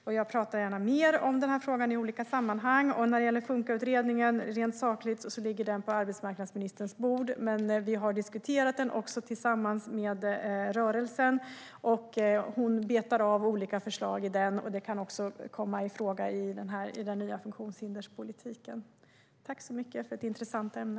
Jag pratar gärna mer om den här frågan i olika sammanhang. Rent sakligt ligger Funkautredningen på arbetsmarknadsministerns bord, men vi har också diskuterat den tillsammans med rörelsen. Arbetsmarknadsministern betar av olika förslag i den, och de kan också bli aktuella i den nya funktionshinderspolitiken. Tack så mycket för ett intressant ämne!